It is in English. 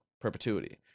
perpetuity